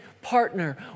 partner